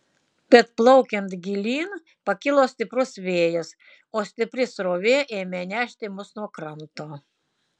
bet plaukiant gilyn pakilo stiprus vėjas o stipri srovė ėmė nešti mus nuo kranto